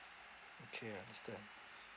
okay understand